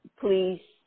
please